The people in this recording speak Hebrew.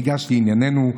ניגש לענייננו.